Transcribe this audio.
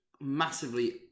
massively